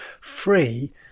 free